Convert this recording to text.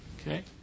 Okay